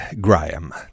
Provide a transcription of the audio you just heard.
Graham